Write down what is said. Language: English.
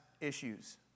issues